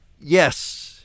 Yes